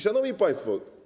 Szanowni Państwo!